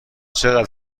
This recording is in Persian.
چقدر